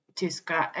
tyska